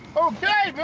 ok,